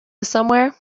somewhere